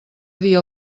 dir